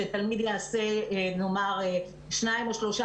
שתלמיד יעשה נאמר שניים או שלושה